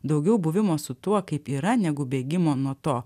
daugiau buvimo su tuo kaip yra negu bėgimo nuo to